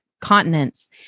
continents